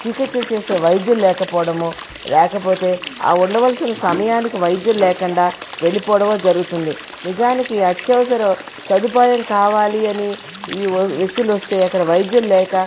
చికిత్స చేసే వైద్యులు లేకపోవడము లేకపోతే ఆ ఉండవలసిన సమయానికి వైద్యులు లేకుండా వెళ్లిపోవడం జరుగుతుంది నిజానికి అత్యవసర సదుపాయం కావాలి అని ఈ వ్యక్తులు వస్తే అక్కడ వైద్యులు లేక